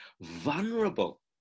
vulnerable